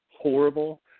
horrible